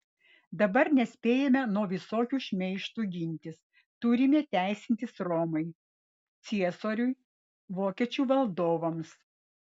dabar nespėjame nuo visokių šmeižtų gintis turime teisintis romai ciesoriui vokiečių valdovams